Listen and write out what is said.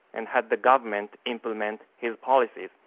and had the government implement his policies.